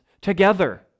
together